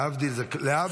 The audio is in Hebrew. להבדיל, להבדיל.